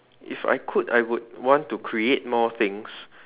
if I could I would want to create more things